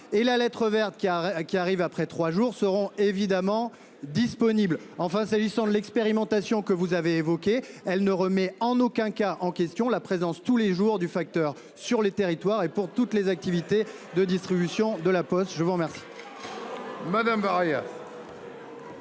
et la lettre verte qui a qui arrive après 3 jours seront évidemment disponible enfin, s'agissant de l'expérimentation que vous avez évoquées. Elle ne remet en aucun cas en question la présence tous les jours du facteur sur les territoires et pour toutes les activités de distribution de la Poste. Je vous remercie.